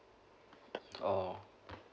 oh